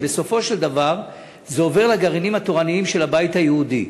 ובסופו של דבר זה עובר לגרעינים התורניים של הבית היהודי.